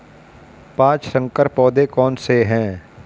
पाँच संकर पौधे कौन से हैं?